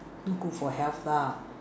not good for health lah